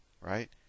right